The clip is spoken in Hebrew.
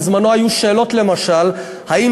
בזמנו היו שאלות, למשל, האם